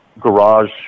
garage